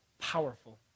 powerful